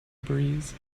breeze